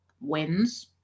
wins